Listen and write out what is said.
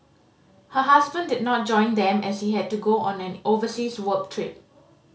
her husband did not join them as he had to go on an overseas work trip